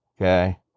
Okay